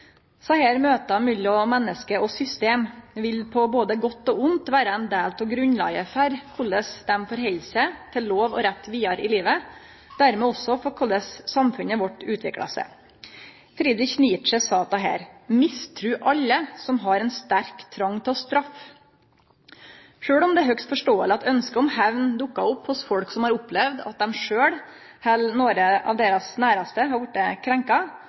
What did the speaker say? Desse møta mellom menneske og system vil på både godt og vondt vere ein del av grunnlaget for korleis dei held seg til lov og rett vidare i livet, og dermed også for korleis samfunnet vårt utviklar seg. Friedrich Nietzsche sa: Mistru alle som har ein sterk trong til å straffe. Sjølv om det er høgst forståeleg at ønsket om hemn dukkar opp hos folk som har opplevd at dei sjølve eller nokon av dei nærmaste har vorte